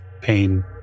pain